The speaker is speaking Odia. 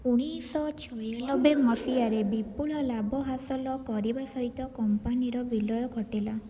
ଉଣେଇଶ ଛୟାନବେ ମସିହାରେ ବିପୁଳ ଲାଭ ହାସଲ କରିବା ସହିତ କମ୍ପାନୀର ବିଲୟ ଘଟିଲା